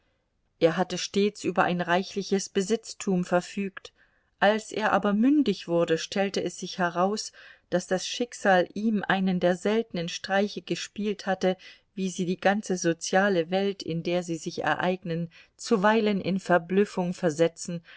er hatte stets über reichliches besitztum verfügt als er aber mündig wurde stellte es sich heraus daß das schicksal ihm einen der seltenen streiche gespielt hatte wie sie die ganze soziale welt in der sie sich ereignen zuweilen in verblüffung versetzen